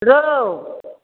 रहु